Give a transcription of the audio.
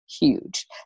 huge